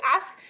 ask